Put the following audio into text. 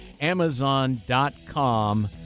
Amazon.com